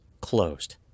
closed